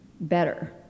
better